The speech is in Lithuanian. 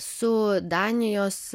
su danijos